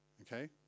Okay